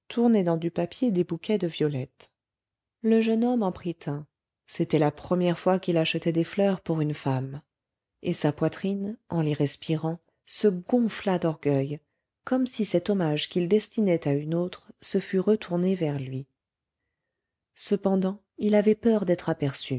tournaient dans du papier des bouquets de violettes le jeune homme en prit un c'était la première fois qu'il achetait des fleurs pour une femme et sa poitrine en les respirant se gonfla d'orgueil comme si cet hommage qu'il destinait à une autre se fût retourné vers lui cependant il avait peur d'être aperçu